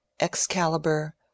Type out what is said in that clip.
Excalibur